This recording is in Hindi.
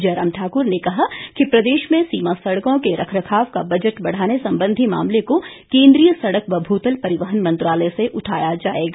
जयराम ठाक्र ने कहा कि प्रदेश में सीमा सड़कों के ररखरखाव का बजट बढ़ाने संबंधी मामले को केंद्रीय सड़क व भूतल परिवहन मंत्रालय से उठाया जाएगा